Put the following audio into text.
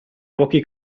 pochi